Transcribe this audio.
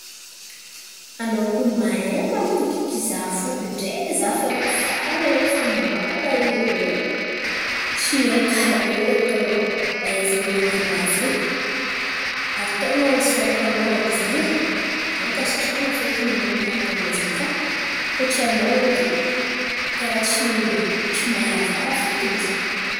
Anao kony mahay mampitokiky za fo ndray za fa farany araiky fa malahelo malahelo in̈y e. Tsy haiko karakôry ataonao ahaizanao man̈ano raha zen̈y? Ary ten̈a isaorako anao araiky zen̈y e. Ankasitrahan̈a fekiny anao amin'ny raha ataonao zen̈y. Fa koa tsy anao edy, karà tsy tsy mahay ravoravo fekiny za.